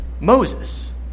Moses